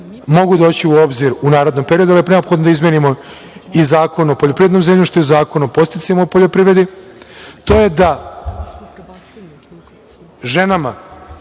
mogu doću u obzir u narednom periodu, ali je neophodno da izmenimo i Zakon o poljoprivrednom zemljištu i Zakon o podsticajima u poljoprivredi. To je da ženama,